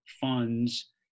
funds